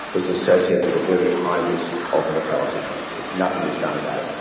was associated with a very high risk of mortality if nothing is done about it.